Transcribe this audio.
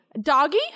doggy